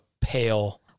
pale